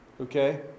Okay